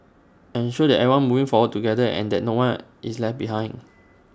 ensure that everyone moving forward together and that no one is left behind